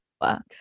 work